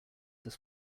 this